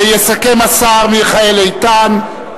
יסכם השר מיכאל איתן.